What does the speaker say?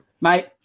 Mate